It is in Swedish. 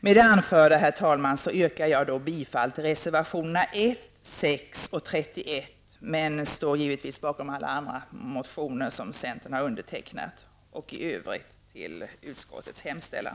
Med det anförda, herr talman, yrkar jag bifall till reservationerna 1, 6 och 31. Men jag står givetvis bakom alla motioner som centern undertecknat. I övrigt yrkar jag bifall till utskottets hemställan.